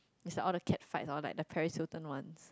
it's like all the cat fright or like the Paris-Hilton one